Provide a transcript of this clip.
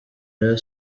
rayon